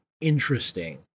interesting